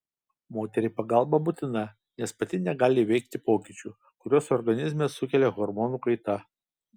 moteriai pagalba būtina nes pati negali įveikti pokyčių kuriuos organizme sukelia hormonų kaita